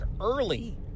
early